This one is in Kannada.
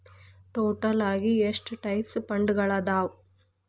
ಟೋಟಲ್ ಆಗಿ ಎಷ್ಟ ಟೈಪ್ಸ್ ಫಂಡ್ಗಳದಾವ